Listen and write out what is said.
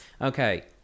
Okay